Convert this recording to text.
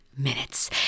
minutes